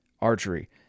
Archery